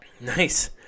Nice